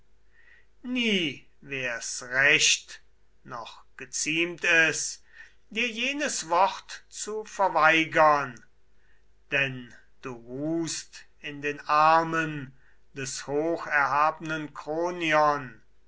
nie wär's recht noch geziemt es dir jenes wort zu verweigern denn du ruhst in den armen des hocherhabnen kronion